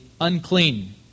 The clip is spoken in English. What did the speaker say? unclean